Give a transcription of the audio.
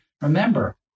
Remember